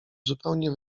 zupełnie